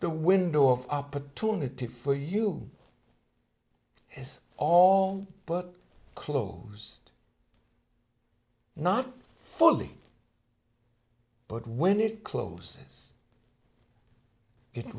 the window of opportunity for you is all but closed not fully but when it closes it